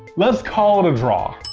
let's call it a draw.